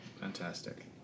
Fantastic